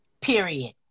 Period